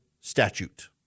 statute